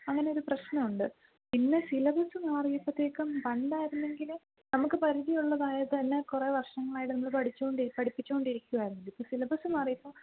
അങ്ങനൊനെയൊരു പ്രശ്നമുണ്ട് പിന്നെ സിലബസ് മാറിയപ്പോഴത്തേക്കും പണ്ടായിരുന്നെങ്കിൽ നമുക്ക് പരിചയം ഉള്ളതായത് തന്നെ കുറേ വര്ഷങ്ങളായിട്ട് നമ്മൾ പഠിച്ചുകൊണ്ട് പഠിപ്പിച്ചുകൊണ്ട് ഇരിക്കുവായിരുന്നു ഇപ്പം സിലബസ് മാറിയപ്പോൾ